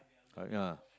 uh ya